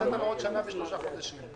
נתת לו עוד שנה ושלושה חודשים.